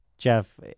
Jeff